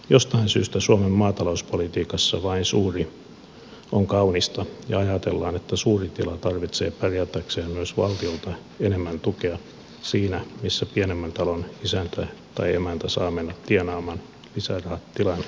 jostain syystä suomen maatalouspolitiikassa vain suuri on kaunista ja ajatellaan että suuri tila tarvitsee pärjätäkseen myös valtiolta enemmän tukea siinä missä pienemmän talon isäntä tai emäntä saa mennä tienaamaan lisärahat tilan ulkopuolelta